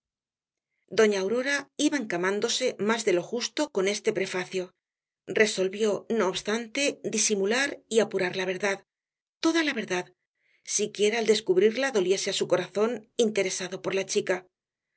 doña aurora iba escamándose más de lo justo con este prefacio resolvió no obstante disimular y apurar la verdad toda la verdad siquiera el descubrirla doliese á su corazón interesado por la chica